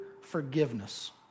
forgiveness